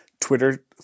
twitter